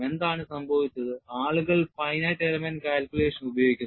എന്താണ് സംഭവിച്ചത് ആളുകൾ finite element calculation ഉപയോഗിക്കുന്നു